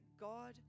God